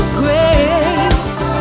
grace